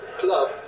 club